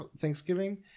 Thanksgiving